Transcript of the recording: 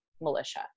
militia